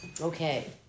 Okay